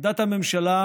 עמדת הממשלה